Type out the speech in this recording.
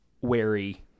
wary